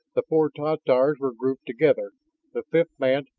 the four tatars were grouped together the fifth man,